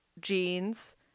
jeans